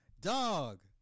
Dog